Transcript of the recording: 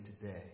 today